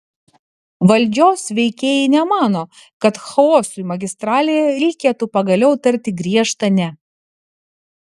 valdžios veikėjai nemano kad chaosui magistralėje reikėtų pagaliau tarti griežtą ne